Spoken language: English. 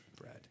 bread